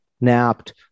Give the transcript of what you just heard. napped